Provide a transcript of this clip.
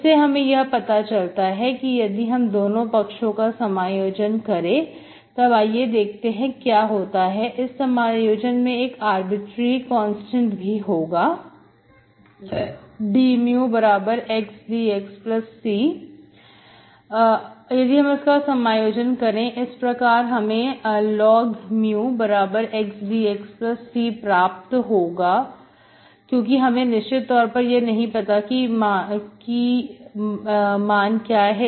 इसे हमें यह पता चलता है कि यदि हम दोनों पक्षों का समायोजन करें तब आइए देखते हैं क्या होता है इस समायोजन में एक आर्बिट्रेरी कांस्टेंट भी होगा dμx dx C का समायोजन करें इस प्रकार हमें log μx dx C प्राप्त होगा क्योंकि हमें निश्चित तौर पर यह नहीं पता कि का मान क्या है